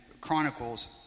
Chronicles